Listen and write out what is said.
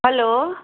hello